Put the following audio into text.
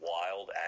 wild